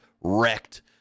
wrecked